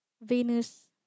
Venus